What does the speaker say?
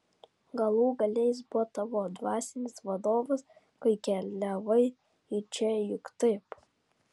galų gale jis buvo tavo dvasinis vadovas kai keliavai į čia juk taip